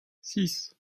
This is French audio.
six